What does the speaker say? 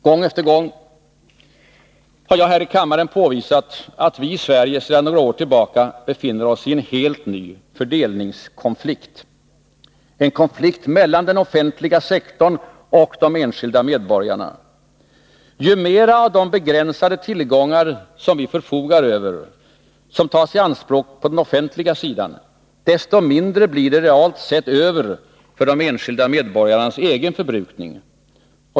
Gång efter gång har jag här i kammaren påvisat att vi i Sverige sedan några år tillbaka befinner oss i en helt ny fördelningskonflikt, en konflikt mellan den offentliga sektorn och de enskilda medborgarna. Ju mera av de begränsade tillgångar som står till vårt förfogande som tas i anspråk av den offentliga sidan, desto mindre blir det över för de enskilda medborgarnas egen förbrukning.